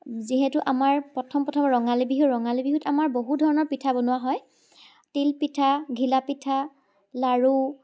যিহেতু আমাৰ প্ৰথম প্ৰথম ৰঙালী বিহু ৰঙালী বিহুত আমাৰ বহু ধৰণৰ পিঠা বনোৱা হয় তিলপিঠা ঘিলাপিঠা লাৰু